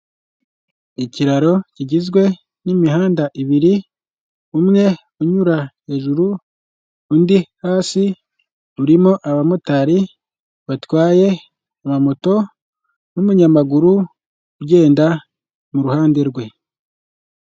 Ikiraro kigizwe n'imihanda ibiri, umwe unyura hejuru undi hasi, urimo abamotari batwaye amamoto n'umunyamaguru ugenda mu ruhande rwe.